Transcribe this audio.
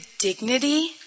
dignity